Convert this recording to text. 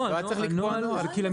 לא היה צריך לקבוע נוהל.